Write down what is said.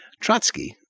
Trotsky